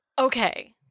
Okay